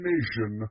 Nation